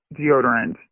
deodorant